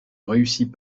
réussit